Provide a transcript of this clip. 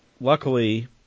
luckily